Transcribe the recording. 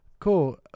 Cool